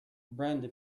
brenda